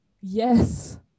Yes